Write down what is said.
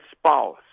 spouse